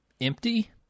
empty